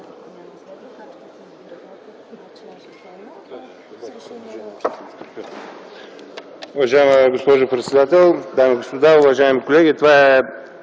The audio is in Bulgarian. Уважаема госпожо председател, дами и господа, уважаеми колеги! Това е